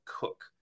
Cook